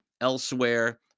Elsewhere